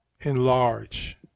enlarge